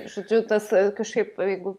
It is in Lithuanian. žodžiu tas kažkaip jeigu